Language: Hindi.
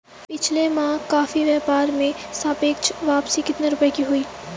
पिछले माह कॉफी व्यापार में सापेक्ष वापसी कितने रुपए की हुई?